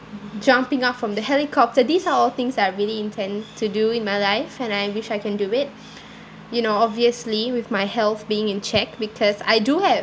jumping up from the helicopter these are all things that I really intend to do in my life and I wish I can do it you know obviously with my health being in check because I do have